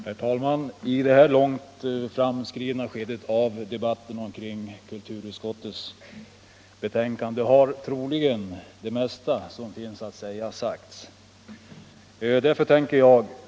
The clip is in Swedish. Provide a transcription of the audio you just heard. Herr talman! I detta långt framskridna skede av debatten kring kulturutskottets betänkande har troligen det mesta som finns att säga redan sagts.